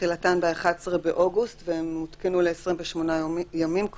תחילתן ב-11 באוגוסט והן הותקנו ל-28 ימים,